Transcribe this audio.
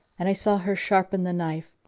and i saw her sharpen the knife,